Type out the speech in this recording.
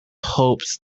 hopes